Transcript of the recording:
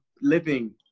living